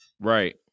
right